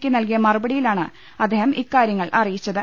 ക്ക് നൽകിയ മറുപടിയിലാണ് അദ്ദേഹം ഇക്കാര്യങ്ങൾ അറിയിച്ചത്